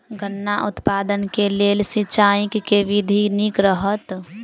गन्ना उत्पादन केँ लेल सिंचाईक केँ विधि नीक रहत?